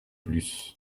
plus